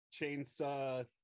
Chainsaw